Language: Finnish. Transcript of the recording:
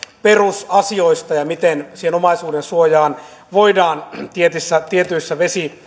perusasioista ja siitä miten siihen omaisuudensuojaan voidaan tietyissä tietyissä